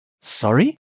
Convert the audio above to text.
Sorry